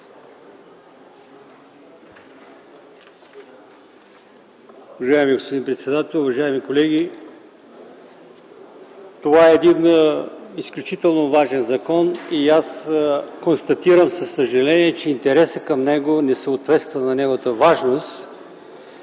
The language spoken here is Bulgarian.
Уважаеми господин председател, уважаеми колеги, това е един изключително важен закон и аз констатирам със съжаление, че интересът към него не съответства на неговата важност,